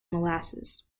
molasses